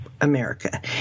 America